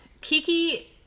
Kiki